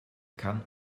kann